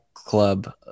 club